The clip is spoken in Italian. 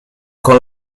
con